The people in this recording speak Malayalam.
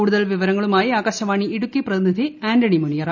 കൂടുതൽ വിവരങ്ങളുമായി ആകാശവാണി ഇടുക്കി പ്രതിനിധി ആന്റണി മുനിയറ